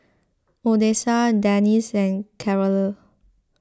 Odessa Denice and Carole